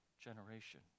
generation